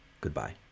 Goodbye